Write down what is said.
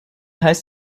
heißt